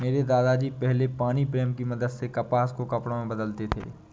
मेरे दादा जी पहले पानी प्रेम की मदद से कपास को कपड़े में बदलते थे